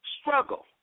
struggle